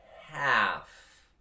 half